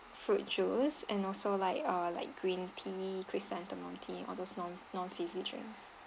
fruit juice and also like uh like green tea chrysanthemum tea all those none none fizzy drinks